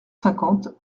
cinquante